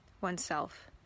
oneself